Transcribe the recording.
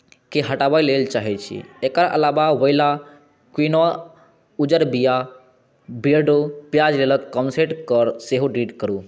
के हटाबै लेल चाहै छी एकर अलावा वोइला क्विनोआ उज्जर बिआ बियर्डो पिआज तेलके कॉन्सेन्ट्रेटके सेहो डिलीट करू